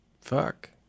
fuck